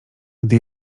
gdy